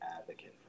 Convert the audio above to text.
advocate